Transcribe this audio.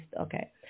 Okay